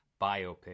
biopic